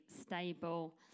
stable